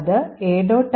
അത് a